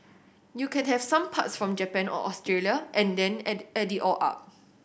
you can have some parts from Japan or Australia and then add it add it all up